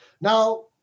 Now